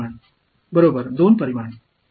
இரண்டு பரிமாணங்களில் உள்ளது